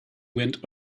went